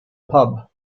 pub